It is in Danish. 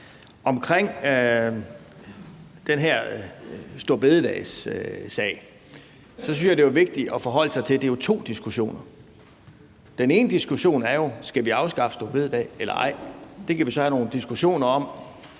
Omkring den her storebededagssag synes jeg det er vigtigt at forholde sig til, at det jo er to diskussioner. Den ene diskussion er jo, om vi skal afskaffe store bededag eller ej. Det kan vi så have nogle diskussioner om,